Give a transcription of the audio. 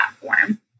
platform